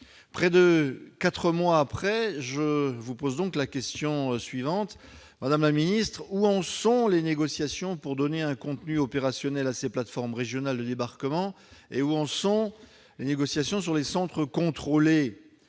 Près de quatre mois plus tard, madame la ministre, où en sont les négociations pour donner un contenu opérationnel à ces plateformes régionales de débarquement ? Où en sont les négociations sur les centres contrôlés ?